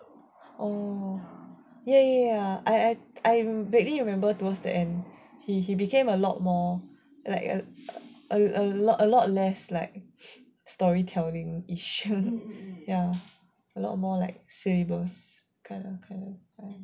ohya ya ya I vaguely remember towards the end he became a lot more like a lot less like story telling a lot more like syllabus kind